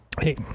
Hey